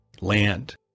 land